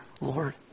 Lord